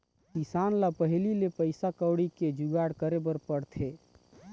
किसान ल पहिली ले पइसा कउड़ी के जुगाड़ करे बर पड़थे